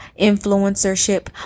influencership